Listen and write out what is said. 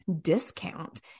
discount